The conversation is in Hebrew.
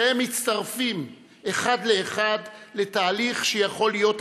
שהם מצטרפים אחד לאחד לתהליך שיכול להיות הרסני,